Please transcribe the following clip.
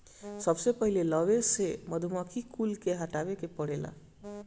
सबसे पहिले लवे से मधुमक्खी कुल के हटावे के पड़ेला